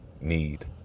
Need